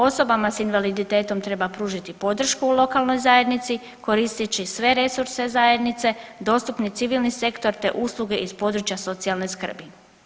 Osobama s invaliditetom treba pružiti podršku u lokalnoj zajednici koristeći sve resurse zajednice, dostupni civilni sektor, te usluge iz područja socijalne skrbi.